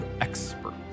expert